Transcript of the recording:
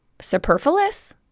superfluous